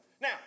Now